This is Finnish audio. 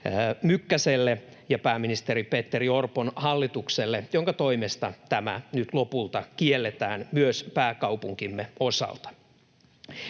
Mykkäselle ja pääministeri Petteri Orpon hallitukselle, jonka toimesta tämä nyt lopulta kielletään myös pääkaupunkimme osalta.